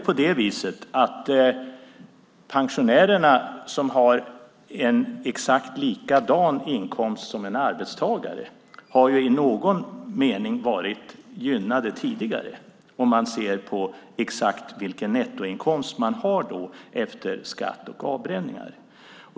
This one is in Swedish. Pensionärer som har exakt likadan inkomst som en arbetstagare har i någon mening varit gynnade tidigare, om man ser på nettoinkomst efter skatter och avdrag.